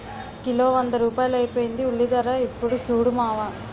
kilo వంద రూపాయలైపోయింది ఉల్లిధర యిప్పుడు సూడు మావా